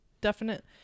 definite